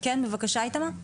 בבקשה איתמר.